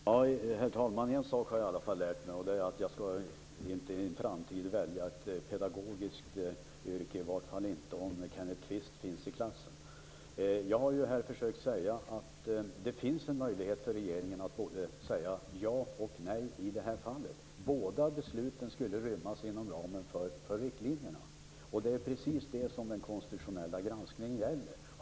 Herr talman! En sak har jag i alla fall lärt mig, och det är att jag inte i en framtid skall välja ett pedagogiskt yrke, i vart fall inte om Kenneth Kvist finns i klassen. Jag har ju här försökt att säga att det finns en möjlighet för regeringen att både säga ja och att säga nej i det här fallet. Båda besluten skulle rymmas inom ramen för riktlinjerna. Det är precis det som den konstitutionella granskningen gäller.